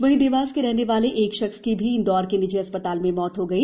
वहीं देवास के रहने वाले एक शख्स की भी इंदौर के निजी अस्पताल में मौत हो गई